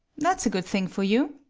that's a good thing for you.